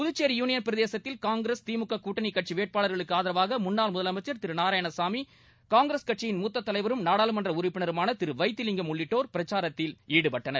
Puducherry union பிரதேசத்தில் காங்கிரஸ் திமுக கூட்டணி கட்சி வேட்பாளர்களுக்கு ஆதரவாக முன்னாள் முதலமைச்சர் திரு நாராயணசாமி காங்கிரஸ் கட்சியின் மூத்த தலைவரும் நாடாளுமன்ற உறுப்பினருமான திரு வைத்திலிங்கம் உள்ளிட்டோர் பிரச்சாரத்தில் ஈடுபட்டனர்